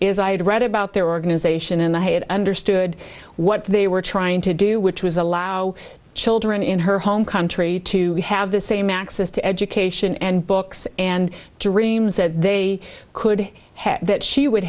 is i had read about their organization and i had understood what they were trying to do which was allow children in her home country to have the same access to education and books and dreams that they could have that she would